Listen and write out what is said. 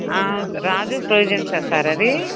రాజు sir అది